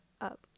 up